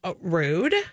rude